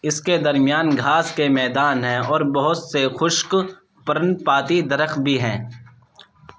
اس کے درمیان گھاس کے میدان ہیں اور بہت سے خشک پرنپاتی درخت بھی ہیں